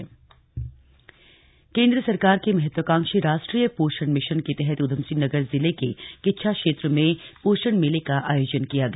कुपोषण मुक्त भारत केंद्र सरकार के महत्वकांक्षी राष्ट्रीय पोषण मिशन के तहत उधमसिंह नगर जिले के किच्छा क्षेत्र में पोषण मेले का आयोजन किया गया